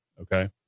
Okay